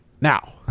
now